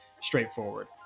Straightforward